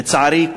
לצערי,